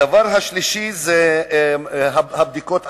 דבר שלישי, הבדיקות עצמן,